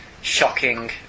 shocking